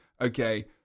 okay